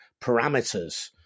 parameters